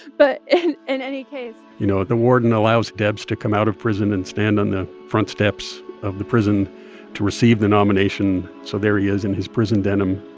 but in in any case. you know, the warden allows debs to come out of prison and stand on the front steps of the prison to receive the nomination. so there he is in his prison denim.